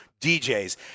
DJs